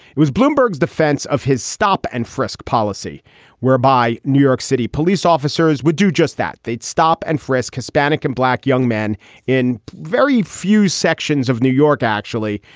it was bloomberg's defense of his stop and frisk policy whereby new york city police officers would do just that. they'd stop and frisk hispanic and black young men in very few sections of new york, actually,